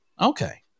Okay